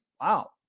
wow